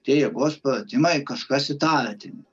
tie jėgos pratimai kažkas įtartino